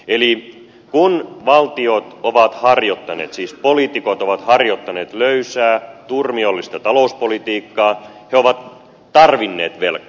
eli kun valtiot siis poliitikot ovat harjoittaneet löysää turmiollista talouspolitiikkaa he ovat tarvinneet velkaa